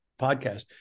podcast